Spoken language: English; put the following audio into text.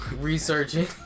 researching